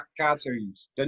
cartoons